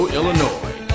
Illinois